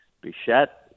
Bichette